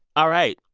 all right.